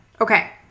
Okay